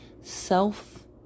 self